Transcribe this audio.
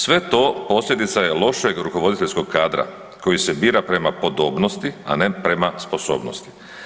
Sve to posljedica je lošeg rukovoditeljskog kadra koji se bira prema podobnosti, a ne prema sposobnosti.